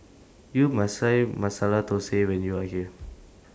YOU must Try Masala Dosa when YOU Are here